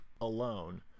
alone